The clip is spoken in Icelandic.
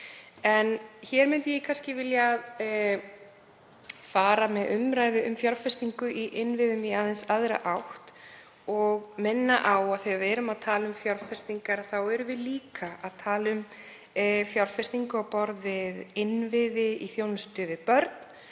Hér myndi ég kannski vilja fara með umræðu um fjárfestingu í innviðum í aðeins aðra átt og minna á að þegar við erum að tala um fjárfestingar erum við líka að tala um fjárfestingu á borð við innviði í þjónustu við börn.